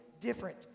different